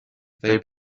they